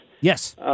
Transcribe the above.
Yes